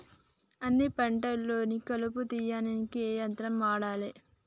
అన్ని పంటలలో కలుపు తీయనీకి ఏ యంత్రాన్ని వాడాలే?